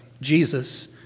Jesus